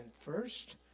first